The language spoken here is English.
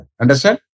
Understand